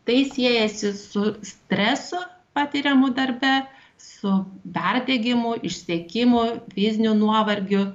tai siejasi su stresu patiriamu darbe su perdegimu išsekimu fiziniu nuovargiu